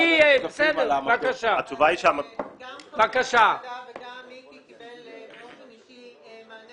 גם אתה וגם מיקי קיבל באופן אישי מענה